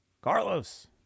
Carlos